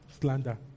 slander